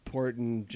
Important